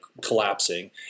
collapsing